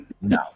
No